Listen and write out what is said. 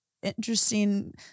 interesting